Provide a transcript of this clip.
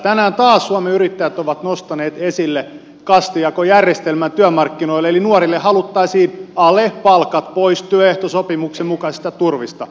tänään taas suomen yrittäjät on nostanut esille kastijakojärjestelmän työmarkkinoille eli nuorille haluttaisiin alepalkat pois työehtosopimuksen mukaisista turvista